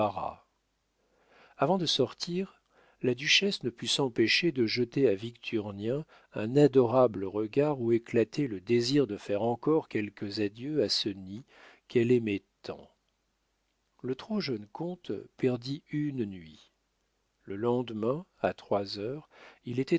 avant de sortir la duchesse ne put s'empêcher de jeter à victurnien un adorable regard où éclatait le désir de faire encore quelques adieux à ce nid qu'elle aimait tant le trop jeune comte perdit une nuit le lendemain à trois heures il